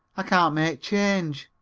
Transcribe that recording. i can't make change!